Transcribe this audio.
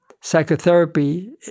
psychotherapy